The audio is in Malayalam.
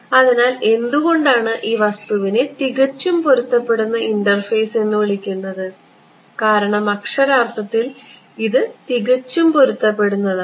അതിനാൽ എന്തുകൊണ്ടാണ് ഈ വസ്തുവിനെ തികച്ചും പൊരുത്തപ്പെടുന്ന ഇന്റർഫേസ് എന്ന് വിളിക്കുന്നത് കാരണം അക്ഷരാർത്ഥത്തിൽ ഇത് തികച്ചും പൊരുത്തപ്പെടുന്നതാണ്